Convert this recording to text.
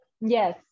Yes